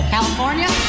California